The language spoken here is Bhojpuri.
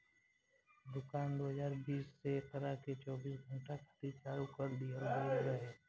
दुकान दू हज़ार बीस से एकरा के चौबीस घंटा खातिर चालू कर दीहल गईल रहे